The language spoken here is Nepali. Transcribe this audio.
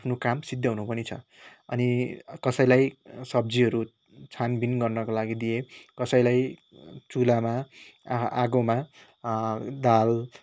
आफ्नो काम सिद्धाउनु पनि छ अनि कसैलाई सब्जीहरू छानबिन गर्नुको लागि दिएँ कसैलाई चुल्हामा आगोमा दाल